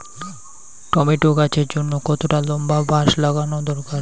Tomato গাছের জন্যে কতটা লম্বা বাস লাগানো দরকার?